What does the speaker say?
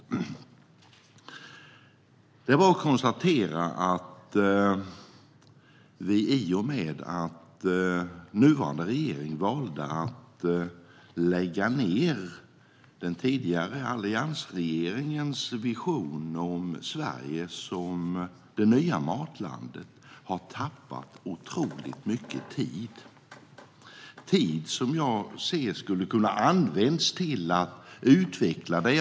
I och med att den nuvarande regeringen valde att lägga ned alliansregeringens vision om Sverige som det nya matlandet har vi tappat otroligt mycket tid, tid som skulle ha kunnat användas till att utveckla det.